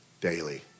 daily